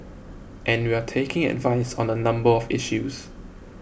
and we're taking advice on a number of issues